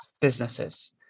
businesses